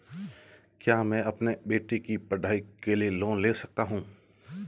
क्या मैं अपने बेटे की पढ़ाई के लिए लोंन ले सकता हूं?